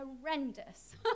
horrendous